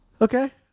Okay